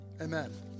Amen